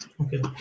okay